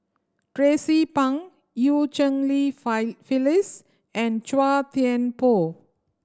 Tracie Pang Eu Cheng Li Fire Phyllis and Chua Thian Poh